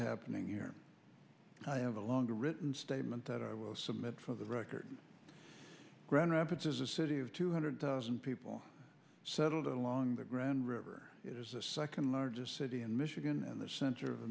happening here i have a longer written statement that i will submit for the record grand rapids is a city of two hundred thousand people settled along the grand river it is the second largest city in michigan and the center of a